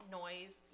noise